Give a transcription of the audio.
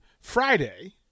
Friday